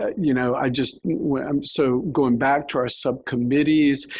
ah you know, i just want um so going back to our subcommittees